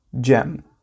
gem